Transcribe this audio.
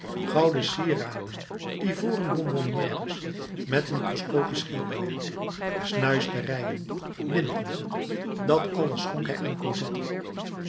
gouden sieraden ivoren bonbonnières met microscopisch schilderwerk snuisterijen linten dat alles schonk hij aan